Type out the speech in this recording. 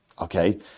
Okay